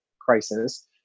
crisis